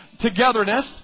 togetherness